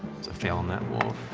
a fail on that wolf.